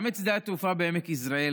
גם את שדה התעופה בעמק יזרעאל,